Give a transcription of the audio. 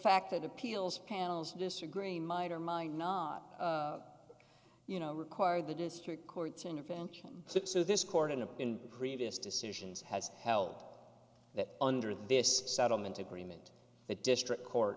fact that appeals panels disagree might or might not you know require the district court intervention so this court and in the previous decisions has held that under this settlement agreement the district court